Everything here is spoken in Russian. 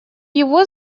его